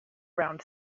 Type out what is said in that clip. around